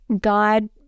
god